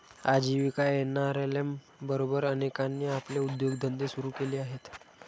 आजीविका एन.आर.एल.एम बरोबर अनेकांनी आपले उद्योगधंदे सुरू केले आहेत